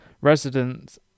residents